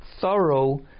thorough